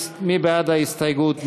מי בעד ההסתייגות?